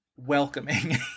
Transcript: Welcoming